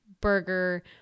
burger